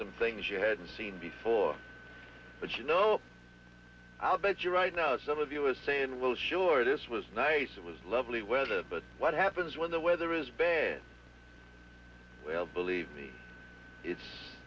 some things you hadn't seen before but you know i'll bet you right now some of you are saying well sure this was nice it was lovely weather but what happens when the weather is bad well believe me it's